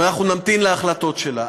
ואנחנו נמתין להחלטות שלה.